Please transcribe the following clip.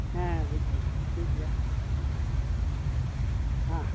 ᱦᱮᱸ ᱵᱩᱡ ᱫᱟᱲᱮᱭᱟᱫᱟᱹᱧ ᱴᱷᱤᱠᱜᱮᱭᱟ ᱦᱮᱸ ᱦᱮᱸ